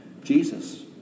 Jesus